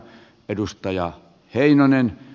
edustaja heinonen